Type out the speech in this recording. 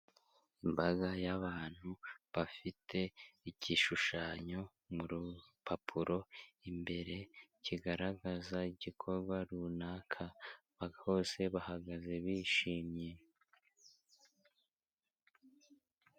Imbaga y'abantu bafite igishushanyo mu rupapuro, imbere kigaragaza igikorwa runaka, bose bahagaze bishimye.